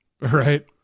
right